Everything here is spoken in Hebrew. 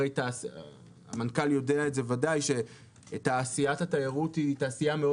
הרי המנכ"ל יודע ודאי שתעשיית התיירות היא תעשייה מאוד